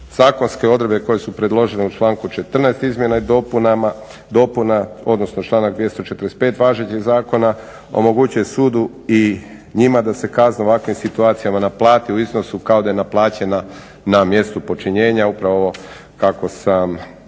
Zakonske odredbe koje su predložene u članku 14. izmjena i dopuna odnosno članak 245. važećeg zakona omogućuje sudu i njima da se kazne u ovakvim situacijama naplate u iznosu kao da je naplaćena na mjestu počinjenja upravo ovo kako sam